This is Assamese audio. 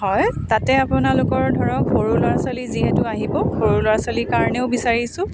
হয় তাতে আপোনালোকৰ ধৰক সৰু ল'ৰা ছোৱালী যিহেতু আহিব সৰু ল'ৰা ছোৱালীৰ কাৰণেও বিচাৰিছোঁ